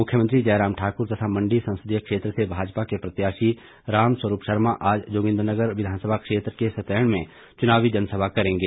मुख्यमंत्री जयराम ठाकुर तथा मंडी संसदीय क्षेत्र से भाजपा के प्रत्याशी राम स्वरूप शर्मा आज जोगिन्द्र नगर विधानसभा क्षेत्र के सतैण में चुनावी जनसभा करेंगे